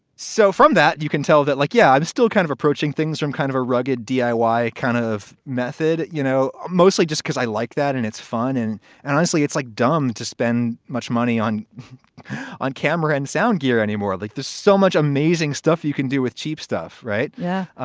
so from that you can tell that like, yeah i'm still kind of approaching things from kind of a rugged diy kind of method, you know, mostly just because i like that. and it's fun and and honestly, it's like dumb to spend much money on on camera and sound gear anymore. like, there's so much amazing stuff you can do with cheap stuff, right? yeah,